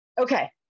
Okay